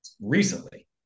recently